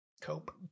cope